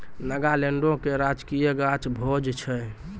नागालैंडो के राजकीय गाछ भोज छै